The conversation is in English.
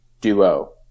duo